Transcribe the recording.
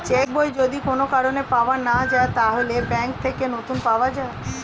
check বই যদি কোন কারণে পাওয়া না যায়, তাহলে ব্যাংক থেকে নতুন পাওয়া যায়